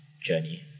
journey